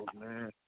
man